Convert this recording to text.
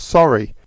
Sorry